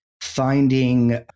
finding